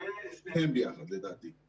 שניהם ביחד, לדעתי.